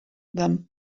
them